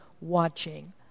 watching